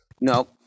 No